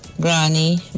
Granny